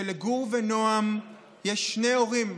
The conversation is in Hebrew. שלגור ונועם יש שני הורים: